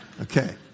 Okay